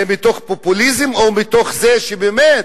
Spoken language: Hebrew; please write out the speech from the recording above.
זה מתוך פופוליזם, או מתוך זה שבאמת